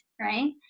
right